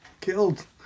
killed